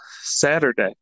Saturday